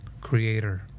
Creator